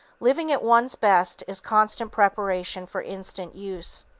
living at one's best is constant preparation for instant use.